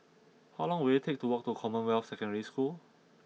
how long will it take to walk to Commonwealth Secondary School